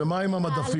יכול --- ומה עם המדפים,